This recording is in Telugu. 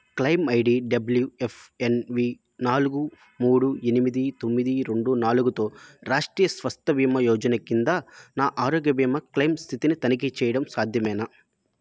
క్లయిమ్ ఐడి డబ్ల్యూఎఫ్ఎన్వీ నాలుగు మూడు ఎనిమిది తొమ్మిది రెండు నాలుగుతో రాష్ట్రీయ స్వస్థ్ బీమా యోజన క్రింద నా ఆరోగ్య బీమా క్లయిమ్ స్థితిని తనిఖీ చెయ్యడం సాధ్యమేనా